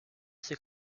ses